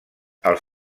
els